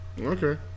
Okay